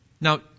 Now